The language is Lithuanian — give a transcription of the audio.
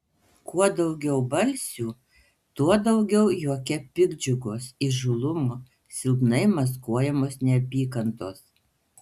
kuo daugiau balsių tuo daugiau juoke piktdžiugos įžūlumo silpnai maskuojamos neapykantos